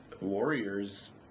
Warriors